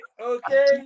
okay